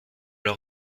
leur